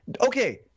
okay